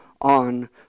on